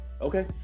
Okay